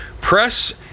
press